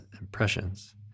Impressions